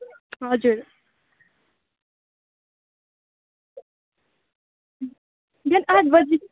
हजुर बिहान आठ बजी